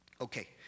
Okay